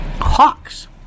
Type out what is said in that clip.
Hawks